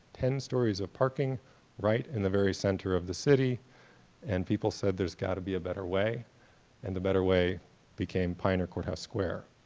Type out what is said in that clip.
ten stories of parking right in the very center of the city and people said there's got to be a better way and the better way became pioneer courthouse square.